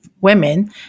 women